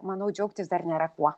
manau džiaugtis dar nėra kuo